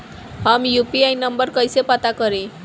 हम UPI number कइसे पता करी?